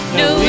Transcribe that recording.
no